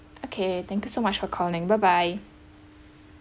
okay thank you so much for calling bye bye